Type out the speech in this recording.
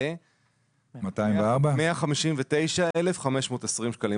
למעט נכה בעל דרגת נכות מיוחדת,